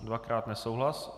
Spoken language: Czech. Dvakrát nesouhlas.